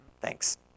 Thanks